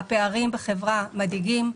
הפערים בחברה מדאיגים.